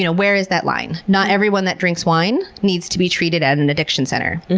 you know where is that line? not everyone that drinks wine needs to be treated at an addiction center,